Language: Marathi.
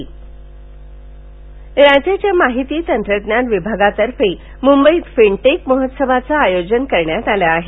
फिनटेक राज्याच्या माहिती तंत्रज्ञान विभागातर्फे मुंबईत फिनटेक महोत्सवाचं आयोजन करण्यात आलं आहे